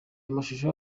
amashusho